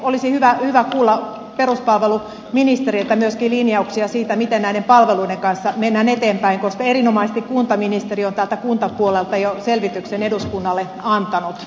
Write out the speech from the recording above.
olisi hyvä kuulla peruspalveluministeriltä myöskin linjauksia siitä miten näiden palveluiden kanssa mennään eteenpäin koska erinomaisesti kuntaministeri on tältä kuntapuolelta jo selvityksen eduskunnalle antanut